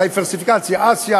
דיוורסיפיקציה: אסיה,